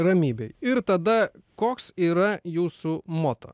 ramybėj ir tada koks yra jūsų moto